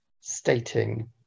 stating